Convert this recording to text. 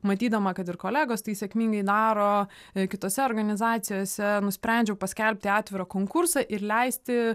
matydama kad ir kolegos tai sėkmingai daro ir kitose organizacijose nusprendžiau paskelbti atvirą konkursą ir leisti